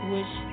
Wish